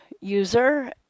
user